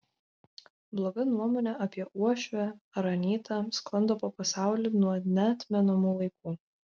bloga nuomonė apie uošvę ar anytą sklando po pasaulį nuo neatmenamų laikų